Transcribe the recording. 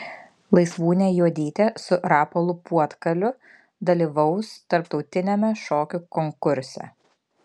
laisvūnė juodytė su rapolu puotkaliu dalyvaus tarptautiniame šokių konkurse